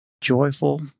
joyful